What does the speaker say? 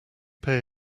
pay